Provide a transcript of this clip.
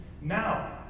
Now